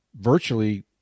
virtually